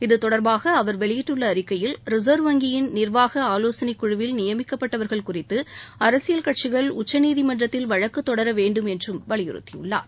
இத்தொடர்பாக அவர் வெளியிட்டுள்ள அறிக்கையில் ரிசர்வ் வங்கியின் நிர்வாக ஆலோசனை குழுவில் நியமிக்கப்பட்டவர்கள் குறித்து அரசியல் கட்சிகள் உச்சநீதிமன்றத்தில் வழக்கு தொடர வேண்டும் என்றும் வலியுறுத்தியுள்ளார்